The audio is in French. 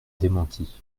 démenti